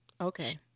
okay